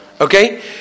Okay